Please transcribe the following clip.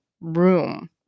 room